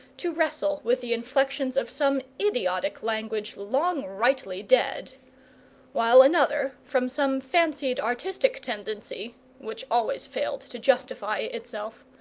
to wrestle with the inflections of some idiotic language long rightly dead while another, from some fancied artistic tendency which always failed to justify itself,